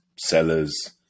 sellers